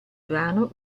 brano